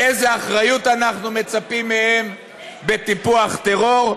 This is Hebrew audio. לאיזו אחריות אנחנו מצפים מהם בטיפוח טרור,